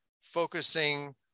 focusing